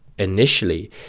initially